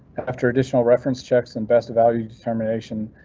after additional reference checks and best value determination.